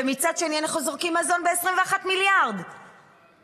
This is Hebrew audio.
ומצד שני אנחנו זורקים מזון ב-21 מיליארד שקלים.